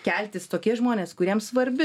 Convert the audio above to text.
keltis tokie žmonės kuriems svarbi